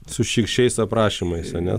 su šykščiais aprašymais ane